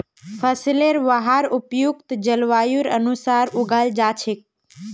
फसलेर वहार उपयुक्त जलवायुर अनुसार उगाल जा छेक